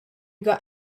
got